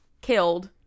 killed